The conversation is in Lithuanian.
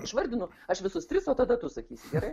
išvardinu aš visus tris o tada tu sakysi gerai